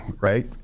right